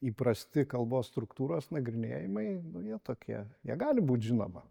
įprasti kalbos struktūros nagrinėjimai jie tokie jie gali būt žinoma